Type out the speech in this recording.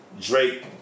Drake